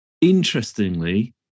interestingly